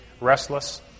restless